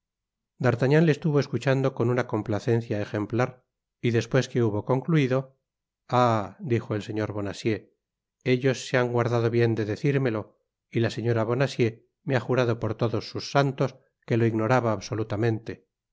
estuvo escuchando con una complacencia ejemplar y despues que hubo concluido ah dijo el señor bonacieax ellos se han guardado bien de decírmelo y la señora bonacieux me ha jurado por todos sus santos que lo ignoraba absolutamente